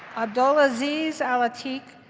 abdulaziz alatik,